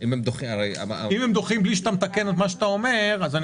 הם דוחים בלי שאתה מתקן את מה שאתה אומר אז אני